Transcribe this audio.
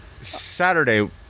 Saturday